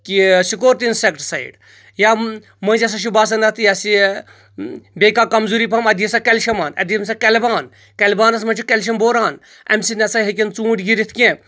کہِ سِکور تہٕ انسیٚکٹہِ سایڈ یا مٔنٛزۍ ہسا چھِ باسان اتھ یۄس یہِ بییٚہِ کانٛہہ کمزوری پہم اتھ دِیو سا کیٚلشمان اتھ دِیو سا کیٚلبان کیٚلِبانس منٛز چھُ کیٚلشم بوران امہِ سۭتۍ نہ سا ہیٚکَن ژونٛٹھۍ گِرتھ کینٛہہ